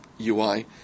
UI